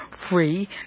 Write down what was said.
free